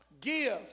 give